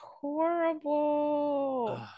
horrible